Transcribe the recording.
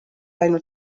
ainult